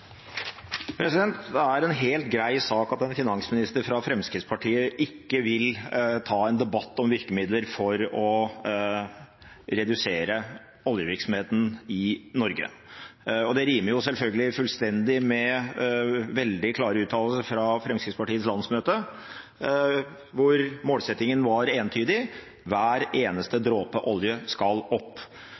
en helt grei sak at en finansminister fra Fremskrittspartiet ikke vil ta en debatt om virkemidler for å redusere oljevirksomheten i Norge. Det rimer selvfølgelig fullstendig med veldig klare uttalelser fra Fremskrittspartiets landsmøte, hvor målsettingen var entydig: Hver eneste dråpe med olje skal opp!